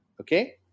okay